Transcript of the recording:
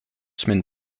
semaines